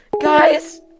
Guys